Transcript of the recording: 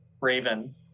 raven